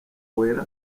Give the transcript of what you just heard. wera